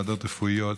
לוועדות רפואיות,